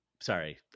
Sorry